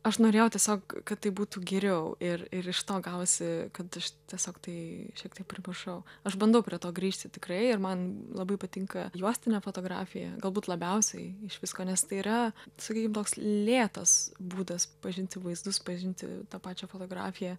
aš norėjau tiesiog kad tai būtų geriau ir ir iš to gavosi kad aš tiesiog tai šiek tiek primiršau aš bandau prie to grįžti tikrai ir man labai patinka juostinė fotografija galbūt labiausiai iš visko nes tai yra sakykim toks lėtas būdas pažinti vaizdus pažinti tą pačią fotografiją